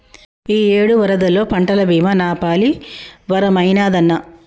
ఇయ్యేడు వరదల్లో పంటల బీమా నాపాలి వరమైనాదన్నా